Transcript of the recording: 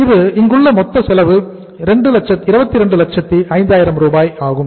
இது இங்குள்ள மொத்த செலவு 2205000 ஆகும்